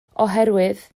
oherwydd